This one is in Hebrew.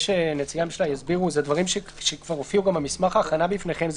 אלה דברים שהופיעו במסמך ההכנה בפניכם.